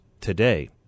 today